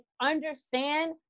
understand